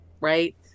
Right